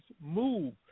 move